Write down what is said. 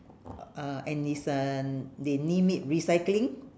uh and it's an they name it recycling